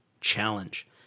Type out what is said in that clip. challenge